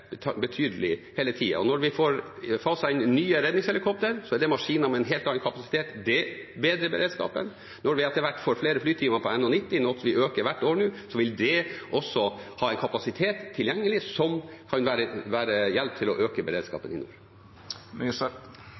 maskiner med en helt annen kapasitet, og det bedrer beredskapen. Når vi etter hvert får flere flytimer med NH90, noe vi øker hvert år nå, vil det også ha en kapasitet tilgjengelig som kan være en hjelp til å øke beredskapen i nord.